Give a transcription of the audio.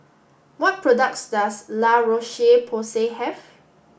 what products does La Roche Porsay have